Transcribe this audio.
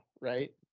right